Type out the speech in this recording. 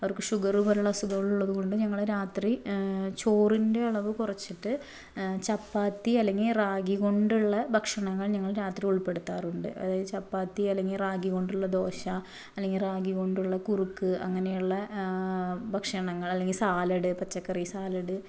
അവര്ക്ക് ഷുഗറ് പോലുള്ള അസുഖമുള്ളത് കൊണ്ട് ഞങ്ങൾ രാത്രി ചോറിന്റെ അളവ് കുറച്ചിട്ട് ചപ്പാത്തി അല്ലെങ്കിൽ റാഗി കൊണ്ടുള്ളെ ഭക്ഷണങ്ങള് ഞങ്ങള് രാത്രി ഉള്പ്പെടുത്താറുണ്ട് അതായത് ചപ്പാത്തി അല്ലെങ്കിൽ റാഗി കൊണ്ടുള്ള ദോശ അല്ലെങ്കിൽ റാഗി കൊണ്ടുള്ള കുറുക്ക് അങ്ങിനെയുള്ള ഭക്ഷണങ്ങള് അല്ലെങ്കിൽ സാലഡ് പച്ചക്കറി സാലഡ്